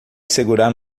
segurar